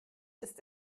ist